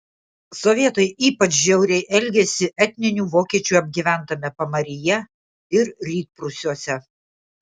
sovietai ypač žiauriai elgėsi etninių vokiečių apgyventame pamaryje ir rytprūsiuose